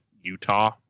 Utah